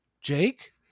Jake